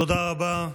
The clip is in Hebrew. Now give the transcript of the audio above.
תודה רבה.